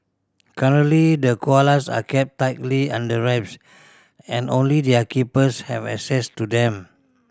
currently the koalas are kept tightly under wraps and only their keepers have access to them